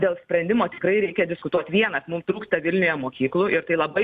dėl sprendimo tikrai reikia diskutuot vienas mums trūksta vilniuje mokyklų ir tai labai